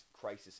crisis